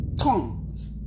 Tongues